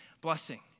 blessing